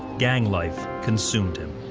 gang life consumed him.